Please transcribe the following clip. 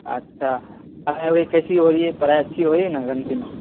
اچھا پڑھائی وڑھائی کیسی ہو رہی ہے پڑھائی اچھی ہو رہی ہے نا گھنٹی میں